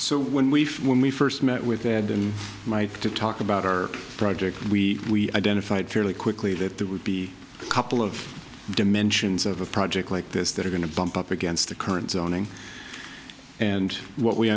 so when we when we first met with ed and my to talk about our project we identified fairly quickly that there would be a couple of dimensions of a project like this that are going to bump up against the current zoning and what we